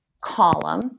column